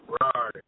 Right